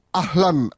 ahlan